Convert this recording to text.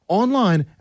online